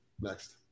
next